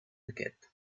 aquest